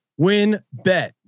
Winbet